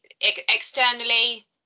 externally